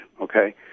okay